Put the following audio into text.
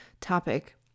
topic